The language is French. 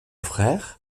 frère